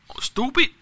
stupid